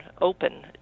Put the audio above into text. open